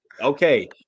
okay